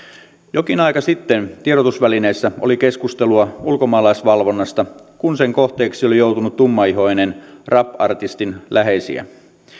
jokin aika sitten tiedotusvälineissä oli keskustelua ulkomaalaisvalvonnasta kun sen kohteeksi oli joutunut tummaihoisen rap artistin läheisiä